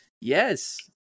Yes